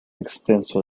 extenso